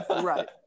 Right